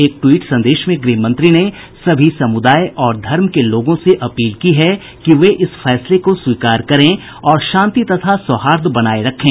एक ट्वीट संदेश में गृहमंत्री ने सभी समुदाय और धर्म के लोगों से अपील की है कि वे इस निर्णय को स्वीकार करें और शांति तथा सौहार्द बनाये रखें